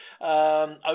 over